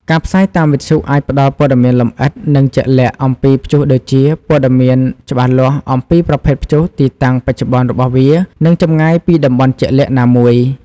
ការផ្សាយតាមវិទ្យុអាចផ្តល់ព័ត៌មានលម្អិត និងជាក់លាក់អំពីព្យុះដូចជាព័ត៌មានច្បាស់លាស់អំពីប្រភេទព្យុះទីតាំងបច្ចុប្បន្នរបស់វា និងចម្ងាយពីតំបន់ជាក់លាក់ណាមួយ។